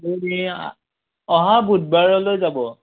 অহা বুধবাৰলৈ যাব